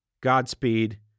Godspeed